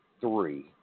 three